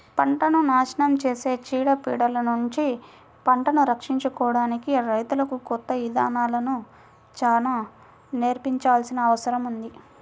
పంటను నాశనం చేసే చీడ పీడలనుంచి పంటను రక్షించుకోడానికి రైతులకు కొత్త ఇదానాలను చానా నేర్పించాల్సిన అవసరం ఉంది